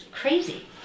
crazy